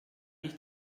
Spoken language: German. ich